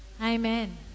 Amen